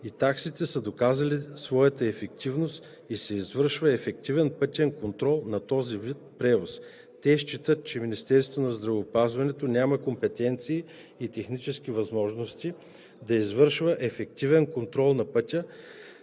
и таксита са доказали своята ефективност и се извършва ефективен пътен контрол на този вид превоз. Те считат, че Министерството на здравеопазването няма компетенции и технически възможности да извършва ефективен контрол на пътя,